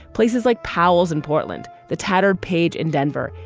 places like powles and portland the tattered page in denver,